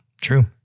true